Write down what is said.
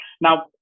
now